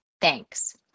Thanks